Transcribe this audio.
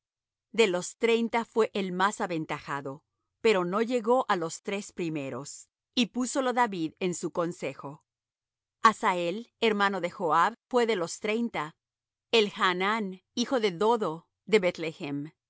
de los treinta fué el más aventajado pero no llegó á los tres primeros y púsolo david en su consejo asael hermano de joab fué de los treinta elhaanan hijo de dodo de